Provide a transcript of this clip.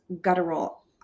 guttural